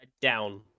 down